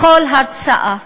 בכל הרצאה,